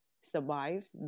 survive